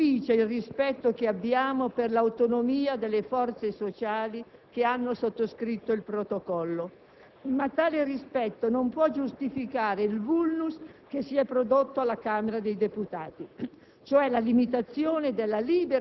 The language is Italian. Questo giudizio non inficia il rispetto che abbiamo per l'autonomia delle forze sociali che hanno sottoscritto il Protocollo, ma tale rispetto non può giustificare il *vulnus* che si è prodotto alla Camera dei deputati,